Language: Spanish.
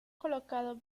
colocados